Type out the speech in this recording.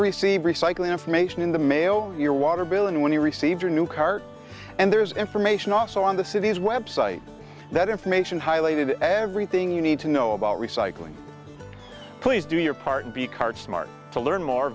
receive recycle information in the mail your water bill and when you received your new card and there is information also on the city's website that information highlighted everything you need to know about recycling please do your part b card smart to learn more